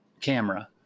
camera